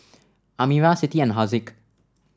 Amirah Siti and Haziq